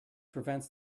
prevents